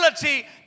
ability